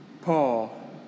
Paul